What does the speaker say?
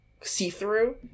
see-through